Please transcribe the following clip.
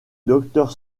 docteur